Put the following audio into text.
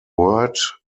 word